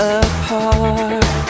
apart